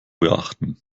beachten